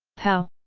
pow!